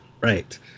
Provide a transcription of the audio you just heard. Right